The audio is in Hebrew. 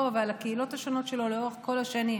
ועל הקהילות השונות שלו לאורך כל השנים.